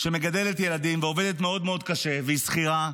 שמגדלת ילדים ועובדת מאוד מאוד קשה, והיא שכירה,